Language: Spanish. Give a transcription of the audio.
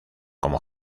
como